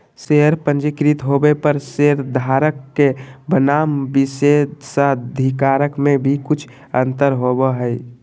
share पंजीकृत होबो पर शेयरधारक के बनाम विशेषाधिकार में भी कुछ अंतर होबो हइ